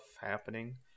happening